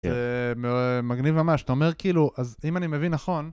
מגניב ממש. אתה אומר כאילו אז אם אני מבין נכון